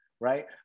Right